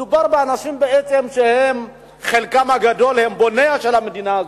מדובר באנשים שחלקם הגדול הם בוניה של המדינה הזאת,